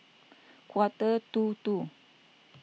quarter to two